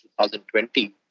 2020